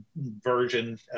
version